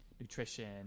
nutrition